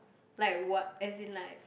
like what as in like